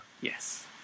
Yes